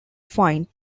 find